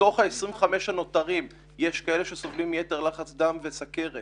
מתוך ה-25 אחוזים הנותרים יש כאלה שסובלים מיתר לחץ דם וסוכרת